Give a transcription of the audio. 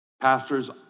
Pastors